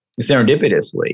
serendipitously